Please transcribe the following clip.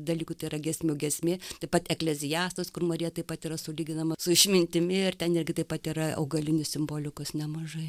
dalykų tai yra giesmių giesmė taip pat ekleziastas kur marija taip pat yra sulyginama su išmintimi ir ten irgi taip pat yra augalinių simbolikos nemažai